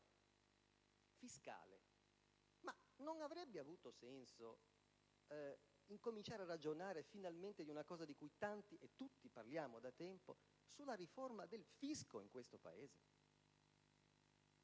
«Fiscale»: ma non avrebbe avuto senso incominciare a ragionare finalmente di qualcosa di cui tanti, tutti parliamo da tempo, cioè della riforma del fisco in questo Paese?